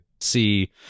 see